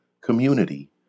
community